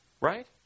right